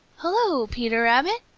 hello, peter rabbit!